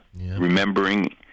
remembering